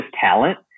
talent